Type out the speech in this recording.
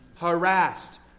Harassed